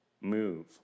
move